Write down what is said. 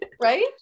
Right